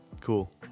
Cool